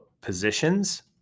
positions